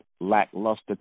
lackluster